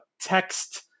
text